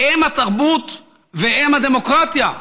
אם התרבות ואם הדמוקרטיה,